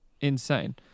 insane